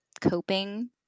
coping